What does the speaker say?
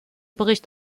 bericht